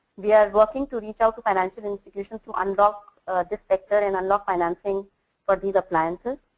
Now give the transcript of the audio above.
we are working to reach out financial institution to unlock the sector and unlock financing for these appliances.